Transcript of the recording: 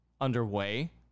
underway